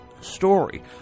story